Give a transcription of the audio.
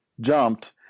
jumped